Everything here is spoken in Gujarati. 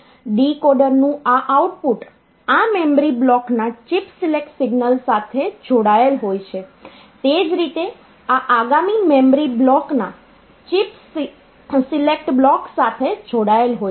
ડીકોડરનું આ આઉટપુટ આ મેમરી બ્લોકના ચિપ સિલેક્ટ સિગ્નલ સાથે જોડાયેલ હોય છે તે જ રીતે આ આગામી મેમરી બ્લોકના ચિપ્સ સિલેક્ટ બ્લોક સાથે જોડાયેલ હોય છે